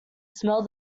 smell